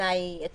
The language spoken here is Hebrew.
המקום"" שוב,